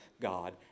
God